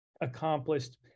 accomplished